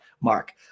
Mark